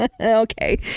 Okay